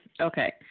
Okay